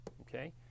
okay